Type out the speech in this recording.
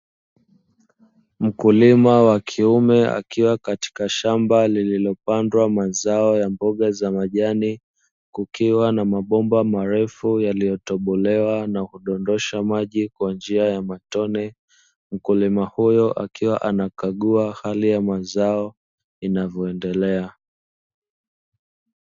Mkulima wa kiume akiwa katika shamba lililopandwa mazao ya mboga za majani, kukiwa na mabomba marefu yaliyotobolewa na kudondosha maji kwa njia ya matone. Mkulima huyo akiwa anakagua hali ya mazao inavyoendelea.